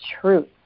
truth